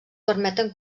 permeten